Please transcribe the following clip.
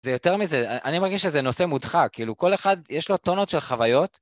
זה יותר מזה, אני מרגיש שזה נושא מודחק, כאילו כל אחד, יש לו טונות של חוויות.